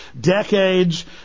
decades